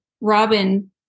Robin